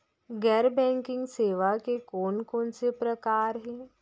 गैर बैंकिंग सेवा के कोन कोन से प्रकार हे?